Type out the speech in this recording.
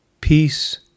Peace